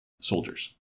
soldiers